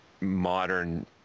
modern